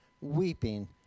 weeping